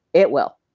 it will.